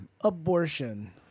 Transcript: Abortion